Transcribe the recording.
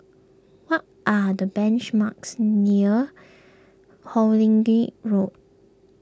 what are the banch marks near Hawkinge Road